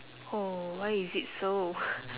oh why is it so